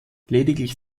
lediglich